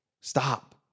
Stop